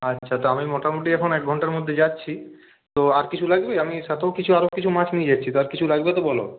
আচ্ছা তা আমি মোটামুটি এখন এক ঘণ্টার মধ্যে যাচ্ছি তো আর কিছু লাগবে আমি সাথেও কিছু আরও কিছু মাছ নিয়ে যাচ্ছি তো আর কিছু লাগবে তো বলো